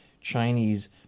Chinese